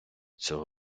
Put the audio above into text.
цього